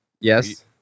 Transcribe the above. yes